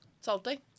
Salty